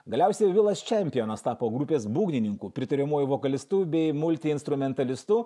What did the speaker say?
galiausiai vilas čempionas tapo grupės būgnininku pritariamuoju vokalistu bei multiinstrumentalistu